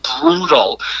brutal